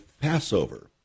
Passover